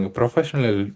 professional